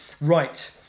Right